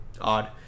Odd